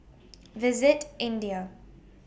visit India